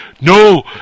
No